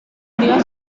día